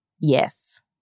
yes